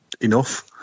enough